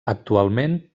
actualment